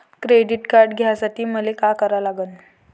Credit card घ्यासाठी मले का करा लागन?